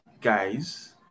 guys